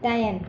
दाइन